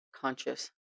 conscious